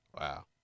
Wow